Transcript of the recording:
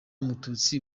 mututsi